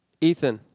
Ethan